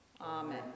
Amen